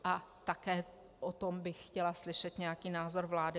A také o tom bych chtěla slyšet nějaký názor vlády.